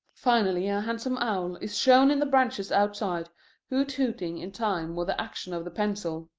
finally a handsome owl is shown in the branches outside hoot-hooting in time with the action of the pencil,